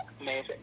amazing